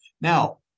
Now